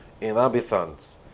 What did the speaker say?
inhabitants